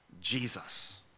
Jesus